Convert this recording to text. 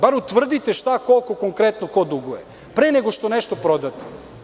Bar utvrdite šta koliko konkretno ko duguje pre nego što nešto prodate.